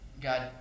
God